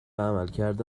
عملکرد